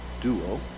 duo